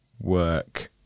work